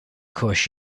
course